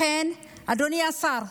לכן, אדוני השר,